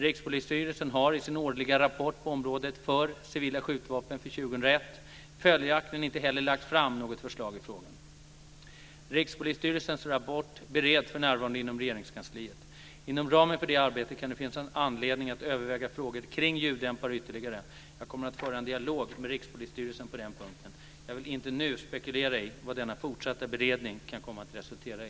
Rikspolisstyrelsen har i sin årliga rapport på området för civila skjutvapen för 2001 följaktligen inte heller lagt fram något förslag i frågan. Rikspolisstyrelsens rapport bereds för närvarande inom Regeringskansliet. Inom ramen för det arbetet kan det finnas anledning att överväga frågor kring ljuddämpare ytterligare. Jag kommer att föra en dialog med Rikspolisstyrelsen på den punkten. Jag vill inte nu spekulera i vad denna fortsatta beredning kan komma att resultera i.